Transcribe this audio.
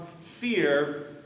fear